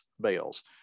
bales